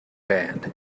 band